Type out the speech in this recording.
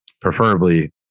preferably